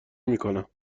میکنم